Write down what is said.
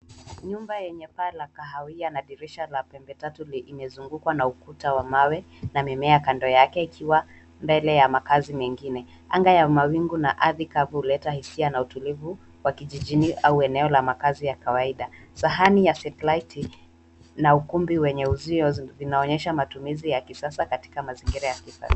Nyumba yenye paa la kahawia na dirisha la pembetatu imezungukwa na ukuta wa mawe na mimea kando yake, ikiwa mbele ya makazi mengine. Anga ya mawingu na ardhi kavu huleta hisia na utulivu wa kijijini au eneo la makazi ya kawaida. Sahani ya setiliti na ukumbi wenye uzio vinaonyesha matumizi ya kisasa katika mazingira ya kisasa.